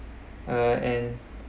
uh and